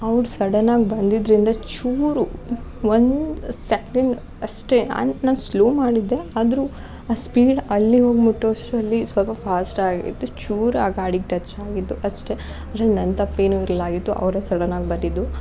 ಅವ್ರು ಸಡನ್ನಾಗಿ ಬಂದಿದ್ದರಿಂದ ಚೂರು ಒಂದು ಸೆಕೆಂಡ್ ಅಷ್ಟೇ ಅಂತ ನಾನು ಸ್ಲೋ ಮಾಡಿದ್ದೆ ಆದರೂ ಆ ಸ್ಪೀಡ್ ಅಲ್ಲಿ ಹೋಗಿ ಮುಟ್ಟೋಷ್ಟರಲ್ಲಿ ಸ್ವಲ್ಪ ಫಾಸ್ಟಾಗಿತ್ತು ಚೂರು ಆ ಗಾಡಿಗೆ ಟಚ್ ಆಗಿದ್ದು ಅಷ್ಟೇ ಅದ್ರಲ್ಲಿ ನನ್ನ ತಪ್ಪೇನೂ ಇಲ್ಲಾಗಿತ್ತು ಅವರೇ ಸಡನ್ನಾಗಿ ಬಂದಿದ್ದು